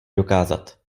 dokázat